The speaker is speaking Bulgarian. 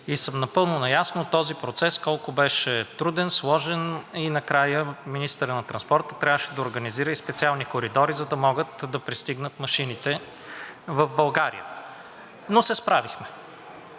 г. Напълно наясно съм този процес колко беше труден, сложен и накрая министърът на транспорта трябваше да организира и специални коридори, за да могат да пристигнат машините в България, но се справихме.